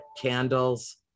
candles